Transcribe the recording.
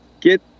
get